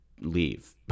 leave